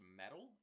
metal